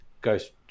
Ghost